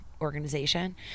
organization